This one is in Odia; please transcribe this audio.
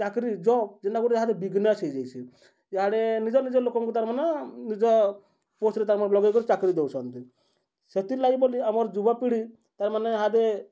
ଚାକ୍ରି ଜବ୍ ଯେନ୍ତା ଗୋଟେ ଏହାଦେ ବିଜ୍ନେସ୍ ହେଇଯାଇଛି ୟାଡ଼େ ନିଜ ନିଜ ଲୋକଙ୍କୁ ତାର୍ମାନେ ନିଜ ପୋଷ୍ଟ୍ରେ ତାର୍ମାନେ ଲଗେଇକରି ଚାକିରି ଦଉଛନ୍ତି ସେଥିର୍ଲାଗି ବୋଲି ଆମର୍ ଯୁବପିଢ଼ି ତାର୍ମାନେ ୟାଦେ